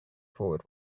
forward